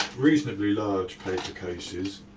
reasonably large page of cases,